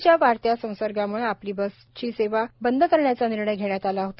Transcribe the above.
कोव्हिडच्या वाढत्या संसर्गाम्ळे आपली बसची सेवा बंद करण्याचा निर्णय घेण्यात आला होता